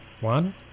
One